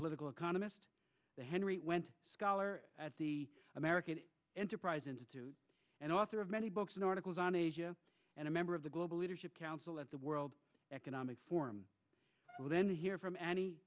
political economist henry went scholar at the american enterprise institute and author of many books and articles on asia and a member of the global leadership council at the world economics well then hear from an